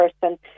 person